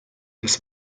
des